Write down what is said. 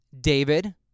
David